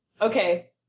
Okay